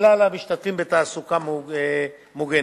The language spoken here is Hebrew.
מכלל המשתתפים בתעסוקה המוגנת.